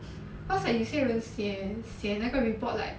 cause like 有些人写写那个 report like